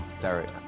Derek